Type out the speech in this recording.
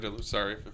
sorry